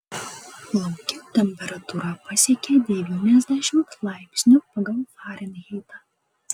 lauke temperatūra pasiekė devyniasdešimt laipsnių pagal farenheitą